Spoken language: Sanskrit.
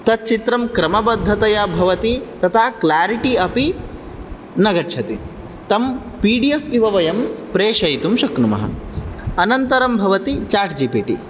तत् चित्रं क्रमबद्धतया भवति तथा क्लेरिटी अपि न गच्छति तं पी डी एफ़् इव वयं प्रेषयितुं शक्नुमः अनन्तरं भवति चेट् जी पी टी